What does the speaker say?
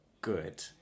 good